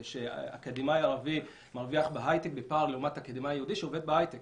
שאקדמאי ערבי מרוויח בהייטק בפער לעומת אקדמאי יהודי שעובד בהייטק.